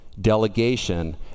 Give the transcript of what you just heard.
delegation